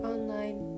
Online